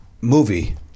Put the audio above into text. Movie